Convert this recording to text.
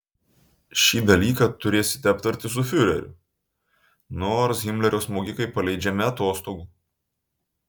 šį dalyką turėsite aptarti su fiureriu nors himlerio smogikai paleidžiami atostogų